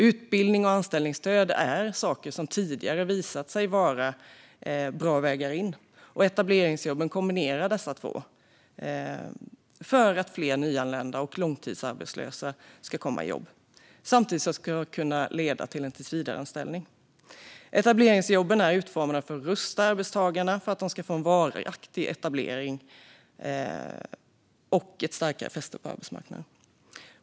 Utbildning och anställningsstöd är sådant som tidigare visat sig vara bra vägar in, och etableringsjobben kombinerar dessa för att fler nyanlända och långtidsarbetslösa ska komma i jobb. Samtidigt ska det kunna leda till en tillsvidareanställning. Etableringsjobben är utformade för att rusta arbetstagarna att få en varaktig etablering och ett starkare fäste på arbetsmarknaden.